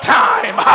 time